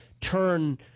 turn